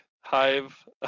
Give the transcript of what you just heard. Hive